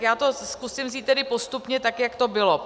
Já to zkusím vzít tedy postupně tak, jak to bylo.